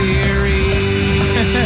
Series